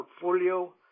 portfolio